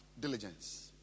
Diligence